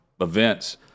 events